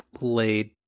laid